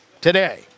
Today